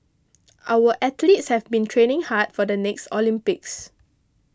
our athletes have been training hard for the next Olympics